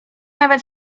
nawet